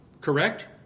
Correct